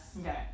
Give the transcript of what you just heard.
Okay